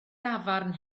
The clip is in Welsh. dafarn